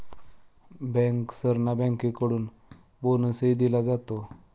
बँकर्सना बँकेकडून बोनसही दिला जातो